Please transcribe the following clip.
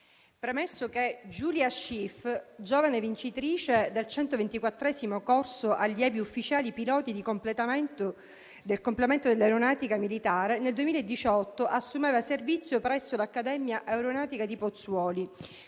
Ministro, Giulia Schiff, giovane vincitrice del 124° corso allievi ufficiali piloti di complemento dell'Aeronautica militare, nel 2018 assume servizio presso l'Accademia aeronautica di Pozzuoli,